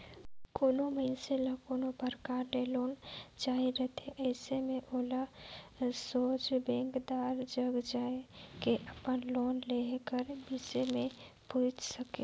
कोनो मइनसे ल कोनो परकार ले लोन चाहिए रहथे अइसे में ओला सोझ बेंकदार जग जाए के अपन लोन लेहे कर बिसे में पूइछ सके